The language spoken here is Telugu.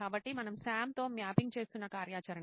కాబట్టి మనము సామ్తో మ్యాపింగ్ చేస్తున్న కార్యాచరణ